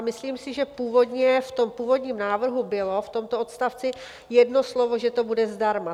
Myslím si, že v tom původním návrhu bylo v tomto odstavci jedno slovo, že to bude zdarma.